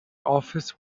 office